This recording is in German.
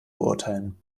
beurteilen